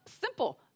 simple